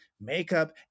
makeup